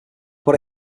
put